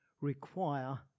require